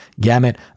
gamut